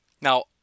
now